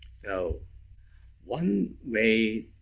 so one way